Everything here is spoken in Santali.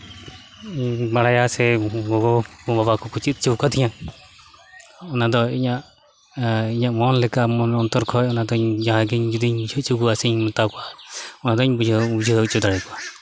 ᱵᱟᱲᱟᱭᱟ ᱥᱮ ᱜᱚᱜᱚᱼᱵᱟᱵᱟ ᱠᱚ ᱪᱮᱫ ᱦᱚᱪᱚ ᱟᱠᱟᱫᱤᱧᱟᱹ ᱚᱱᱟ ᱫᱚ ᱤᱧᱟᱹᱜ ᱤᱧᱟᱹᱜ ᱢᱚᱱ ᱞᱮᱠᱟ ᱚᱱᱛᱚᱨ ᱠᱷᱚᱱ ᱚᱱᱟ ᱫᱩᱧ ᱡᱟᱦᱟᱸᱭ ᱜᱮ ᱡᱩᱫᱤᱧ ᱵᱩᱡᱷᱟᱹᱣ ᱦᱚᱪᱚ ᱠᱚᱣᱟ ᱥᱮᱧ ᱢᱮᱛᱟᱣ ᱠᱚᱣᱟ ᱚᱱᱟᱫᱚ ᱤᱧ ᱵᱩᱡᱷᱟᱹᱣ ᱦᱚᱪᱚ ᱫᱟᱲᱮ ᱟᱠᱚᱣᱟ